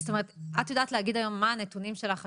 זאת אומרת את יודעת היום להגיד מה הנתונים שלך על